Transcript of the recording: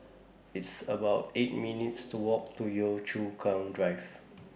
It's about eight minutes' to Walk to Yio Chu Kang Drive